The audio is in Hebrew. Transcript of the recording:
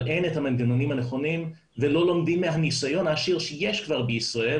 אבל אין את המנגנונים הנכונים ולא לומדים מהניסיון העשיר שיש כבר בישראל